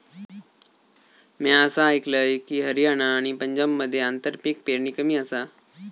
म्या असा आयकलंय की, हरियाणा आणि पंजाबमध्ये आंतरपीक पेरणी कमी आसा